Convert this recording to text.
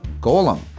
Golem